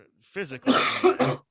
physically